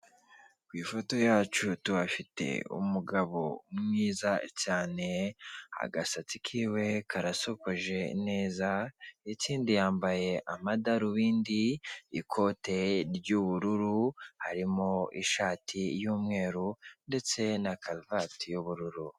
Ku ifoto yacu tuhafite umugabo mwiza cyane, agasatsi kiwe karasokoje neza, ikindi yambaye amadarubindi, ikote ry'ubururu harimo ishati y'umweru ndetse na karuvati y'ubururu.